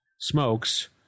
smokes